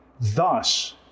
thus